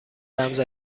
رمز